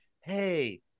hey